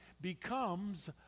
becomes